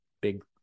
big